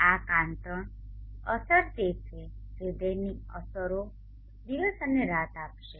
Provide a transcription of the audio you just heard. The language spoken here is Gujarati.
આ કાંતણspinning સ્પિનિંગ અસર તે છે જે દૈનિક અસરો દિવસ અને રાત આપશે